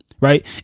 right